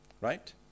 right